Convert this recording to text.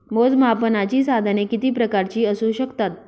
मोजमापनाची साधने किती प्रकारची असू शकतात?